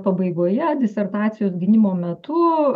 pabaigoje disertacijos gynimo metu